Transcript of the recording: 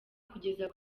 kugeza